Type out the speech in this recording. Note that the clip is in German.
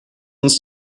uns